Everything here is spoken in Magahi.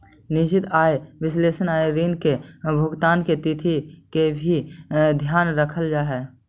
निश्चित आय विश्लेषण में ऋण के भुगतान के तिथि के भी ध्यान रखल जा हई